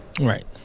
right